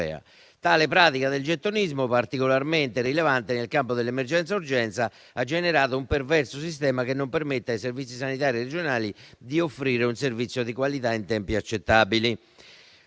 Tale pratica del gettonismo, particolarmente rilevante nel campo dell'emergenza urgenza, ha generato un perverso sistema che non permette ai servizi sanitari regionali di offrire un servizio di qualità in tempi accettabili.